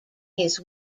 his